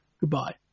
goodbye